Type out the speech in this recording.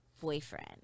boyfriend